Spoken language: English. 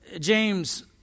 James